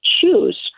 choose